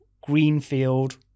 greenfield